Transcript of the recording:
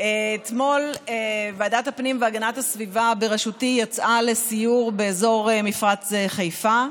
אתמול ועדת הפנים והגנת הסביבה בראשותי יצאה לסיור באזור מפרץ חיפה.